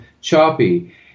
choppy